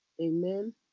Amen